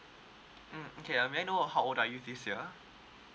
mm okay um may I know how old are you this year